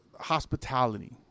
hospitality